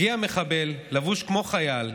הגיע מחבל לבוש כמו חייל,